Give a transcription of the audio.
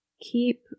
Keep